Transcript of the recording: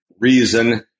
reason